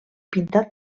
pintat